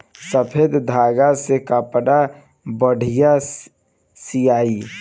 सफ़ेद धागा से कपड़ा बढ़िया सियाई